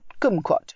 kumquat